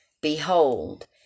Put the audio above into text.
Behold